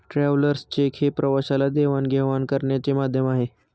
travellers cheque हे प्रवाशाला देवाणघेवाण करण्याचे माध्यम आहे